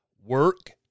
Work